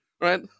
Right